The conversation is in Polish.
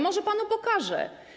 Może panu pokażę.